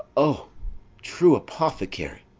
o true apothecary!